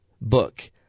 book